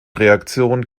reaktion